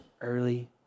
early